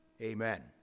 amen